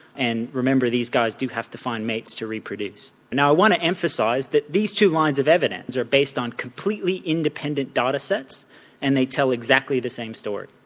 and remember, these guys do have to find mates to reproduce. now i want to emphasise that these two lines of evidence are based on completely independent data sets and they tell exactly the same story.